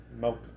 milk